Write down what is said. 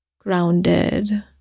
grounded